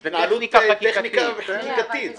זו טכניקה חקיקתית.